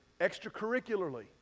extracurricularly